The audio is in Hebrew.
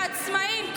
העצמאים,